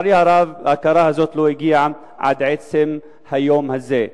לצערי הרב, ההכרה הזאת לא הגיעה עד עצם היום הזה.